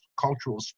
cultural